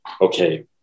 okay